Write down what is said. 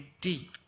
deep